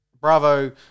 bravo